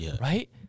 right